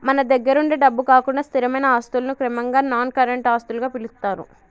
మన దగ్గరుండే డబ్బు కాకుండా స్థిరమైన ఆస్తులను క్రమంగా నాన్ కరెంట్ ఆస్తులుగా పిలుత్తారు